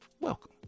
welcome